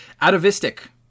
Atavistic